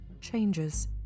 changes